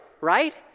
right